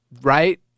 right